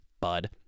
bud